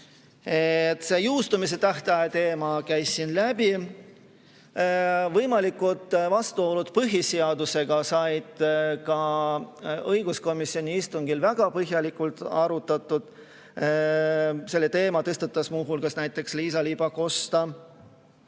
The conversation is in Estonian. Seaduse jõustumise tähtaja teema käis täna ka siin läbi. Võimalikud vastuolud põhiseadusega said ka õiguskomisjoni istungil väga põhjalikult arutatud. Selle teema tõstatas teiste hulgas näiteks Liisa-Ly Pakosta.